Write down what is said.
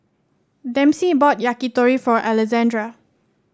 Dempsey bought Yakitori for Alessandra